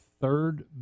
third